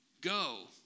go